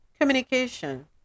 communication